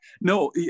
No